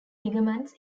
ligaments